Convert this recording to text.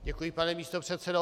Děkuji, pane místopředsedo.